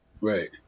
Right